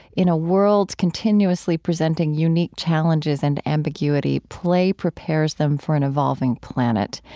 in a world continuously presenting unique challenges and ambiguity, play prepares them for an evolving planet.